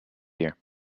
year